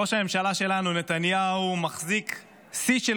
ראש הממשלה שלנו נתניהו מחזיק שיא של